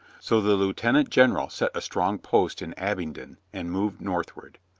so the lieutenant general set a strong post in abingdon and moved northward.